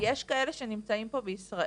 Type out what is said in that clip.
יש כאלה שנמצאים פה בישראל,